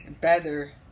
Better